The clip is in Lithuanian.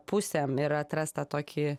pusėm ir atrast tą tokį